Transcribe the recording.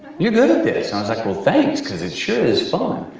you're good at this. and, i was like, well thanks, cause it sure is fun.